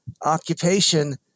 occupation